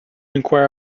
enquire